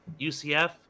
UCF